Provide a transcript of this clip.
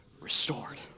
Restored